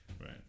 Right